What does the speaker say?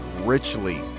richly